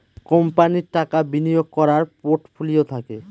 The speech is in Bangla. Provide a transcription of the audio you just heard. কোম্পানির টাকা বিনিয়োগ করার পোর্টফোলিও থাকে